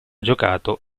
giocato